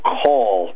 call